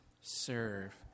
serve